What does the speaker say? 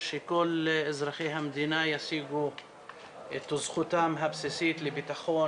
שכל אזרחי המדינה ישיגו את זכותם הבסיסית לביטחון,